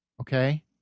Okay